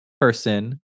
person